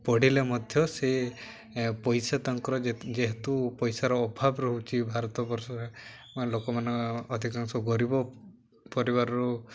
ପଡ଼ିଲେ ମଧ୍ୟ ସେ ପଇସା ତାଙ୍କର ଯେହେତୁ ପଇସାର ଅଭାବ ରହୁଚି ଭାରତ ବର୍ଷରେ ମାନେ ଲୋକମାନେ ଅଧିକାଂଶ ଗରିବ ପରିବାରରୁ